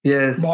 Yes